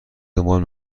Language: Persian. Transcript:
دنبال